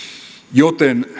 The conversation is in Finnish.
joten